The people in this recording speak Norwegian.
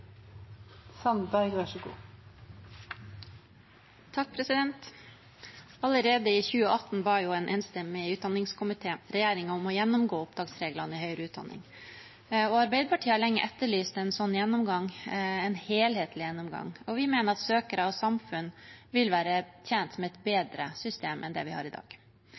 i 2018 ba en enstemmig utdanningskomité regjeringen om å gjennomgå opptaksreglene i høyere utdanning. Arbeiderpartiet har lenge etterlyst en slik gjennomgang – en helhetlig gjennomgang. Vi mener at søkere og samfunn vil være tjent med et bedre system enn det vi har i dag.